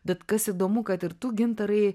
bet kas įdomu kad ir tu gintarai